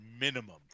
minimum